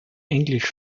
englisch